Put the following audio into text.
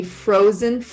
frozen